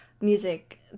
music